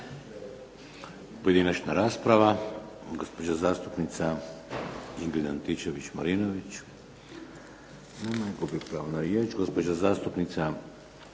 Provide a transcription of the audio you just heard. Pojedinačna rasprava.